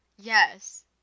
Yes